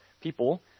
people